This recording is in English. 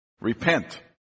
repent